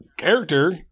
Character